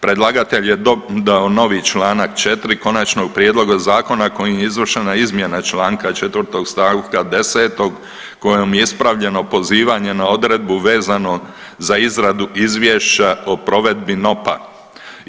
Predlagatelj je dodao novi članak 4. konačnog prijedloga zakona kojim je izvršena izmjena članka 4. stavka 10. kojom je ispravljeno pozivanje na odredbu vezano za izradu izvješća o provedbi NOP-a.